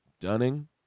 dunning